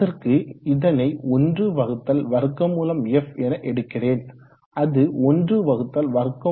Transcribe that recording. அதற்கு இதனை 1√f என எடுக்கிறேன் அது 1√0